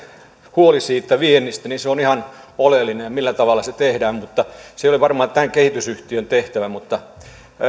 huoli siitä viennistä on ihan oleellinen ja siitä millä tavalla se tehdään mutta se ei ole varmaan tämän kehitysyhtiön tehtävä